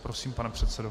Prosím, pane předsedo.